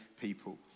people